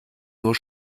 nur